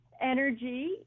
energy